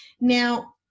Now